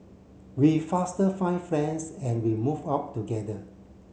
we faster find friends and we move out together